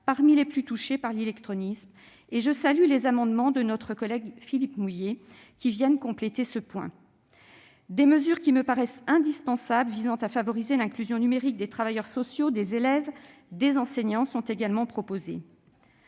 parmi les plus touchées par l'illectronisme. À ce sujet, je salue les amendements de notre collègue Philippe Mouiller, qui viennent compléter ce point. Des mesures qui me paraissent indispensables pour favoriser l'inclusion numérique des travailleurs sociaux, des élèves et des enseignants sont également proposées.